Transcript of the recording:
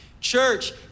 Church